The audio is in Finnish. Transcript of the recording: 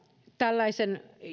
tällaisen